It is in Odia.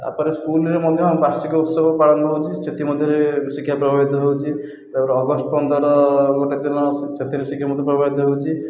ତାପରେ ସ୍କୁଲରେ ମଧ୍ୟ ବାର୍ଷିକ ଉତ୍ସବ ପାଳନ ହେଉଛି ସେଥିମଧ୍ୟରେ ଶିକ୍ଷା ପ୍ରଭାବିତ ହେଉଛି ତାପରେ ଅଗଷ୍ଟ ପନ୍ଦର ଗୋଟିଏ ଦିନ ସେଥିରେ ଶିକ୍ଷା ମଧ୍ୟ ପ୍ରଭାବିତ ହେଉଛି